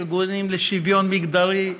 ארגונים לשוויון מגדרי,